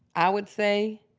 i would say,